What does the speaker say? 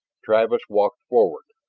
travis walked forward.